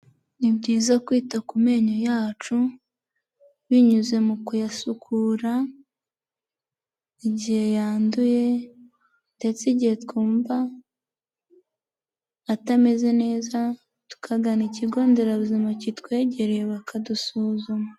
Ni byiza kwita ku menyo yacu, binyuze mu kuyasukura igihe yanduye ndetse igihe twumva atameze neza, tukagana ikigo nderabuzima kitwegereye bakadusuzuma.